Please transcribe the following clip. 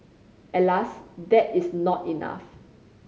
alas that is not enough